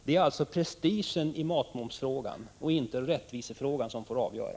Det är alltså prestigen i matmomsfrågan och inte rättvisesynpunkterna som får avgöra.